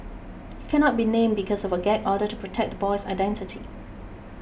he cannot be named because of a gag order to protect the boy's identity